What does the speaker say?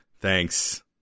Thanks